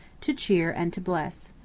to cheer and to bless.